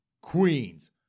queens